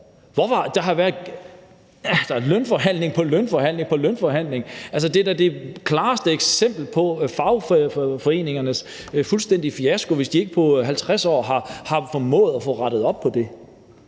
været lønforhandling på lønforhandling, og det er da det klareste eksempel på fagforeningernes fuldstændige fiasko, hvis de ikke på 50 år har formået at få rettet op på det.